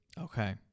Okay